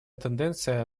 тенденция